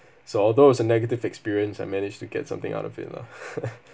so although is a negative experience I managed to get something out of it lah